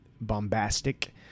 bombastic